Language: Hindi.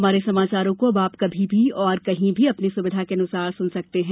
हमारे समाचारों को अब आप कभी भी और कहीं भी अपनी सुविधा के अनुसार सुन सकते हैं